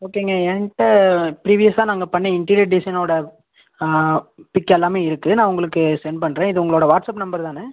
ஓகேங்க என்கிட்ட ப்ரீவியஸாக நாங்கள் பண்ண இன்டீரியர் டிசைனோடய பிக் எல்லாமே இருக்குது நான் உங்களுக்கு சென்ட் பண்ணுறேன் இது உங்களோடய வாட்ஸ்ஆப் நம்பர் தானே